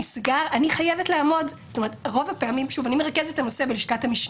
אני מרכזת את הנושא בלשכת המשנה.